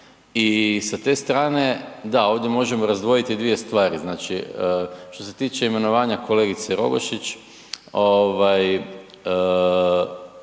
i sa te strane, da ovdje možemo razdvojiti dvije stvari. Znači što se tiče imenovanja kolegice Rogošić